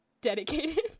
dedicated